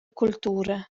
cultura